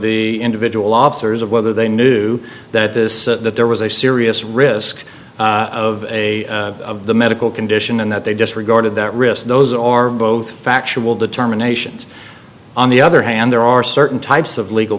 the individual officers of whether they knew that this that there was a serious risk of a medical condition and that they disregarded that risk those are both factual determinations on the other hand there are certain types of legal